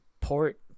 port